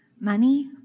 money